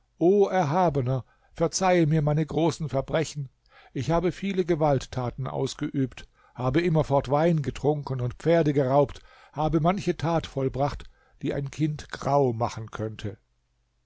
erhabener verzeihe mir meine großen verbrechen ich habe viele gewalttaten ausgeübt habe immerfort wein getrunken und pferde geraubt habe manche tat vollbracht die ein kind grau machen könnte